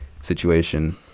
Situation